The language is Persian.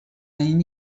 این